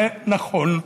זה נכון.